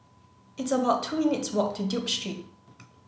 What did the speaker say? it's about two minutes' walk to Duke Street